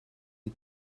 die